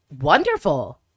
Wonderful